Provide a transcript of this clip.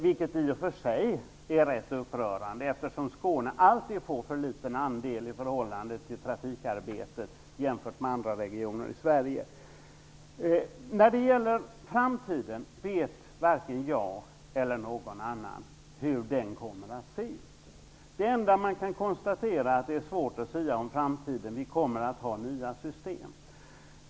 Det är i och för sig rätt upprörande - Skåne får ju alltid för liten andel i förhållande till trafikarbetet i andra regioner i Sverige. Varken jag eller någon annan vet hur framtiden kommer att se ut. Det enda man kan konstatera är att det är svårt att sia om framtiden. Vi kommer att få nya system.